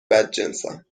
بدجنسم